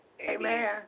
amen